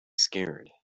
scared